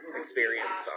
experience